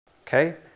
okay